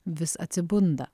vis atsibunda